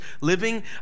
living